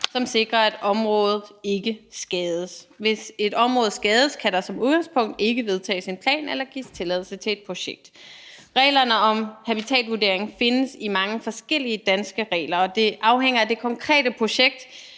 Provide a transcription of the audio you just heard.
som sikrer, at området ikke skades. Hvis et område skades, kan der som udgangspunkt ikke vedtages en plan eller gives tilladelse til et projekt. Reglerne om habitatvurdering findes i mange forskellige danske regler, og det afhænger af det konkrete projekt,